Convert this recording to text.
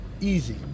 easy